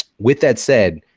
with that said,